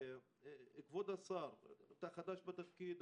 כבוד השר, אתה עדיין חדש בתפקיד,